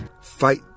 fight